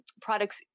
products